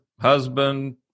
husband